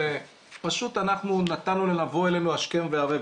פשוט אנחנו נתנו להם לבוא אלינו השכם והערב,